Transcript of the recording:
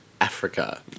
Africa